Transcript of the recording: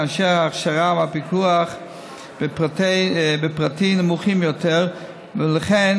כאשר ההכשרה והפיקוח בפרטי נמוכים יותר ולכן